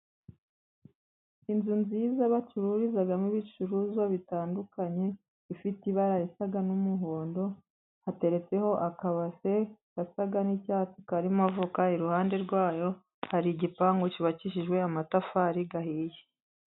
Inzu nziza bacururizamo ibicuruzwa bitandukanye, ifite ibara risa n'umuhondo, hateretseho akabase gasa n'icyatsi karimo avoka. Iruhande rwayo, hari igipangu cyubakishijwe amatafari ahiye.